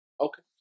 Okay